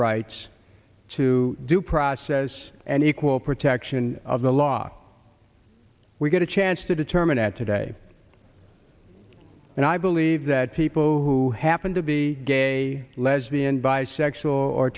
rights to due process and equal protection of the law we get a chance to determine it today and i believe that people who happen to be gay lesbian bisexual or